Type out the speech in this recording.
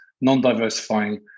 non-diversifying